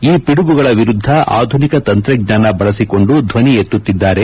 ಈ ಪಿಡುಗುಗಳ ವಿರುದ್ದ ಆಧುನಿಕ ತಂತ್ರಜ್ಞಾನ ಬಳಸಿಕೊಂಡು ಧ್ವನಿ ಎತ್ತುತಿದ್ದಾರೆ